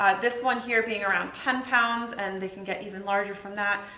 this one here being around ten pounds, and they can get even larger from that.